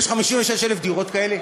יש 56,000 דירות כאלה,